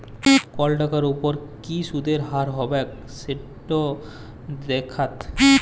call টাকার উপর কি সুদের হার হবেক সেট দ্যাখাত